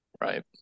Right